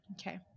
Okay